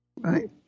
Right